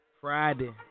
Friday